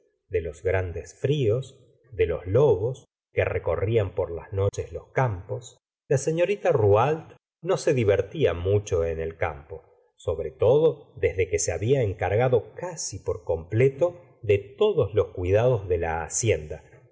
de los grandes fríos de los lobos que recorrían por las noches los campos la seflorita rouault no se divertía mucho en el campo sobre todo desde que se había encargado casi por completo de todos los cuidados de la hacienda